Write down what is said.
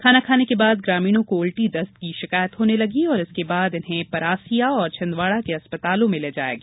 खाना खाने के बाद ग्रामीणों को उल्टी दस्त की शिकायत होने लगी और इसके बाद इन्हें परासिया और छिंदवाड़ा के अस्पतालों में ले जाया गया